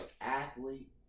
athlete